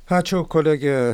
ačiū kolegė